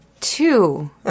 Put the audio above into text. two